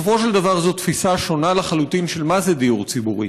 בסופו של דבר זו תפיסה שונה לחלוטין של מה זה דיור ציבורי.